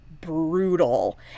brutal